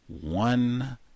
one